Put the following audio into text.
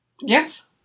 Yes